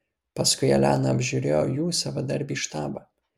paskui elena apžiūrėjo jų savadarbį štabą